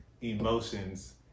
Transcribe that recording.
emotions